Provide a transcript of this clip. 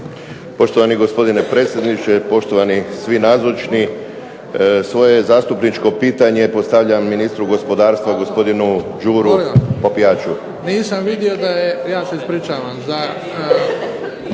Poštovani gospodine predsjedniče, poštovani svi nazočni, svoje zastupničko pitanje postavljam ministru gospodarstva gospodinu Đuri Popijaču.